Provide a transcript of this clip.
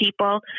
people